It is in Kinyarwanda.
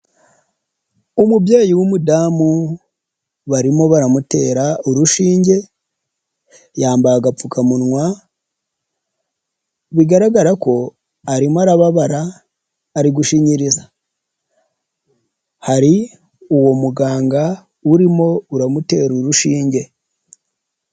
Umubyeyi w'umudamu barimo baramutera urushinge yambaye agapfukamunwa bigaragara ko arimo arababara ari gushinyiriza, hari uwo muganga urimo uramutera urushinge.